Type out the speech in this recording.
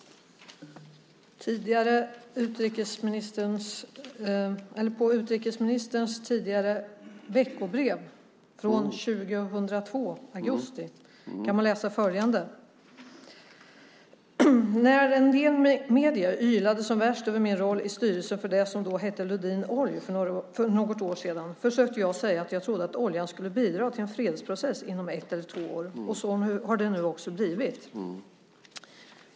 I utrikesministerns veckobrev från 2002 i augusti kan man läsa följande: När en del medier ylade som värst över min roll i styrelsen för det som då hette Lundin Oil för något år sedan försökte jag säga att jag trodde att oljan skulle bidra till en fredsprocess inom ett eller två år, och så har det nu också blivit.